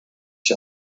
ich